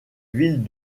villes